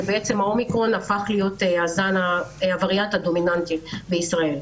ואז האומיקרון הפך להיות הווריאנט הדומיננטי בישראל.